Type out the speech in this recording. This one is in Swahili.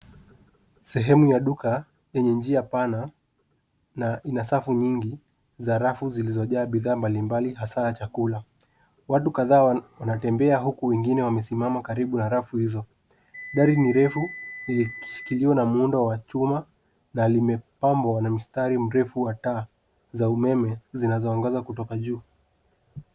Sehemu ya duka yenye njia pana na ina safu nyingi za rafu zilizojaa bidhaa mbalimbali hasaa chakula. Watu kadhaa wanatembea huku wengine wamesimama karibu na rafu hizo. Dari ni refu yenye kishikilio na muundo wa chuma na limepambwa na mstari mrefu wa taa za umeme zinazoongoza kutoka juu.